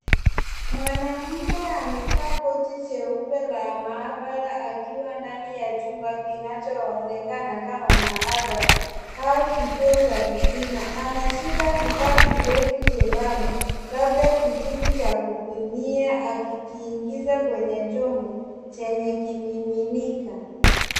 Mwanaume amevaa koti jeupe la maabara akiwa ndani ya chumba kinachoonekana kama maabara au kituo cha kupima. Anashika kifaa kirefu chembamba labda kijiti cha kupimia akikiingiza kwenye chombo chenye kimiminika.